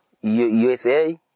USA